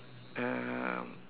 um